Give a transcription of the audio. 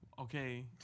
Okay